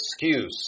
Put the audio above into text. excuse